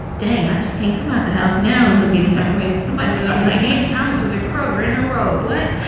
dang, i just can't come out the house now and look any kind of way. somebody's going to be like, angie thomas was in kroger in her robe. what?